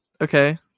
Okay